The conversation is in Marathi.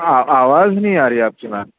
आ आवाज नही आ रही आपकी मॅम